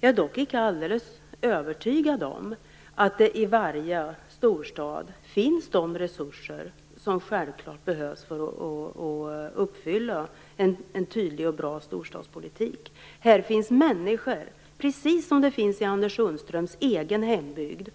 Jag är dock icke alldeles övertygad om att det i varje storstad finns sådana resurser som självklart behövs för att genomföra en tydlig och bra storstadspolitik. Där finns, precis som i Anders Sundströms egen hembygd, människor